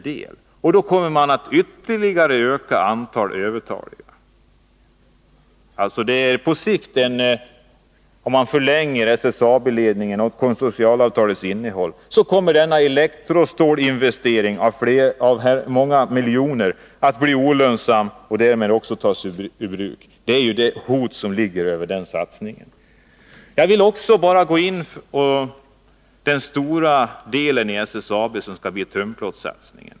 Det innebär en ytterligare ökning av antalet övertaliga. Denna elektrostålsinvestering på många miljoner kommer på sikt att bli olönsam, och därmed kommer den också att upphöra. Det är det hot som vilar över den satsningen. Satsningen på tunnplåt skall bli SSAB:s räddning.